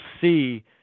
see